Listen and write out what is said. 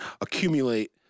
accumulate